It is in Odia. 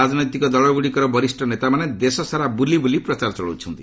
ରାଜନୈତିକ ଦଳଗୁଡ଼ିକର ବରିଷ୍ଠ ନେତାମାନେ ଦେଶ ସାରା ବୁଲି ବୁଲି ପ୍ରଚାର ଚଳାଇଛନ୍ତି